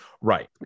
Right